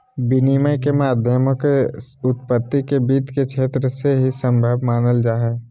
विनिमय के माध्यमों के उत्पत्ति के वित्त के क्षेत्र से ही सम्भव मानल जा हइ